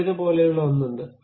കത്രിക പോലെയുള്ള ഒന്ന് ഉണ്ട്